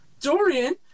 Dorian